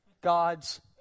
God's